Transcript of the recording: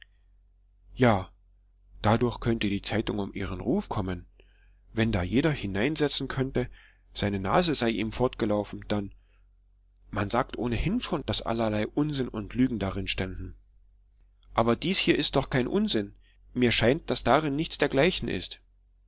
ja dadurch könnte die zeitung um ihren ruf kommen wenn da jeder hineinsetzen könnte seine nase sei ihm fortgelaufen dann man sagt ohnehin schon daß allerlei unsinn und lügen darin ständen aber dies hier ist doch kein unsinn mir scheint daß darin nichts dergleichen ist